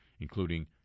including